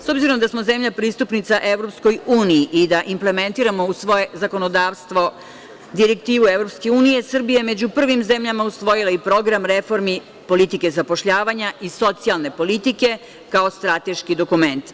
S obzirom da smo zemlja pristupnica EU i da implementiramo u svoje zakonodavstvo direktive EU, Srbija je među prvim zemljama usvojila i program reformi politike zapošljavanja i socijalne politike kao strateški dokument.